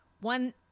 One